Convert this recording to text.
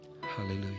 Hallelujah